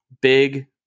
big